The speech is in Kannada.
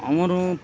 ಅವರು